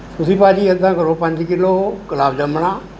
ਤੁਸੀਂ ਭਾਅ ਜੀ ਇੱਦਾਂ ਕਰੋ ਪੰਜ ਕਿੱਲੋ ਗੁਲਾਬ ਜਾਮਣਾਂ